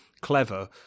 clever